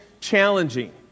challenging